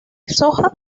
soja